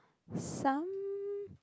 some